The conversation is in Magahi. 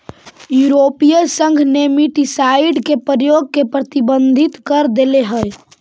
यूरोपीय संघ नेमेटीसाइड के प्रयोग के प्रतिबंधित कर देले हई